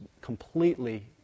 completely